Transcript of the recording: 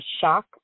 shock